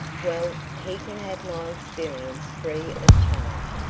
well, he can have my experience free of charge.